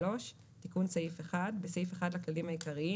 תיקון סעיף 1. בסעיף 1 לכללים העיקריים,